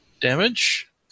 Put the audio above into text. damage